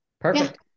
perfect